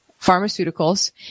pharmaceuticals